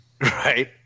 Right